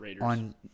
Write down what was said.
on